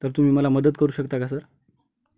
तर तुम्ही मला मदत करू शकता का सर